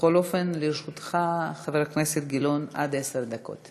בכל אופן, לרשותך, חבר הכנסת גילאון, עד עשר דקות.